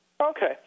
Okay